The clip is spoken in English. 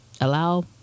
allow